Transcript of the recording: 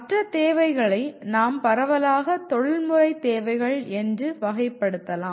மற்ற தேவைகளை நாம் பரவலாக தொழில்முறை தேவைகள் என்று வகைப்படுத்தலாம்